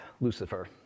Lucifer